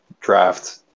draft